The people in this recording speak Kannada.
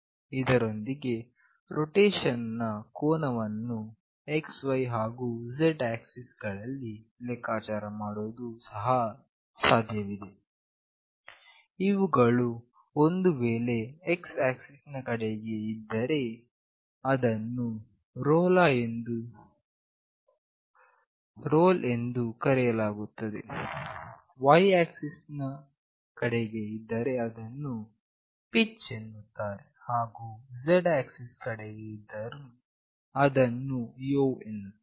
ಇದರೊಂದಿಗೆ ರೊಟೇಷನ್ ನ ಕೋನವನ್ನು xy ಹಾಗು z ಆಕ್ಸೆಸ್ ಗಳಲ್ಲಿ ಲೆಕ್ಕಾಚಾರ ಮಾಡುವುದು ಸಹ ಸಾಧ್ಯವಿದೆ ಇವುಗಳು ಒಂದು ವೇಳೆ x ಆಕ್ಸಿಸ್ ನ ಕಡೆಗೆ ಇದ್ದರೆ ಅದನ್ನು ರೋಲ್ ಎಂದು ಕರೆಯಲಾಗುತ್ತದೆ y ಆಕ್ಸಿಸ್ ನ ಕಡೆಗೆ ಇದ್ದರೆ ಅದನ್ನು ಪಿಚ್ ಎನ್ನುತ್ತಾರೆ ಹಾಗು z ಆಕ್ಸಿಸ್ ನ ಕಡೆಗೆ ಇದ್ದರೆ ಅದನ್ನು ಯೊವ್ ಎನ್ನುತ್ತಾರೆ